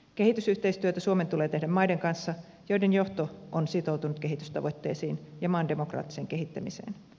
kehitysyhteistyötä suomen tulee tehdä maiden kanssa joiden johto on sitoutunut kehitystavoitteisiin ja maan demokraattiseen kehittämiseen